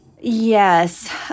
Yes